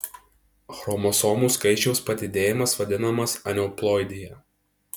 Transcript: chromosomų skaičiaus padidėjimas vadinamas aneuploidija